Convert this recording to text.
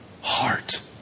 heart